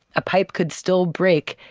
a pipe could still break.